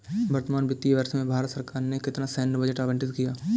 वर्तमान वित्तीय वर्ष में भारत सरकार ने कितना सैन्य बजट आवंटित किया?